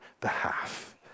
behalf